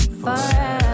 forever